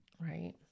Right